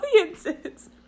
audiences